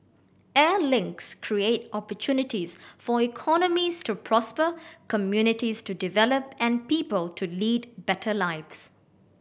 air links create opportunities for economies to prosper communities to develop and people to lead better lives